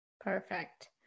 Perfect